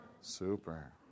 Super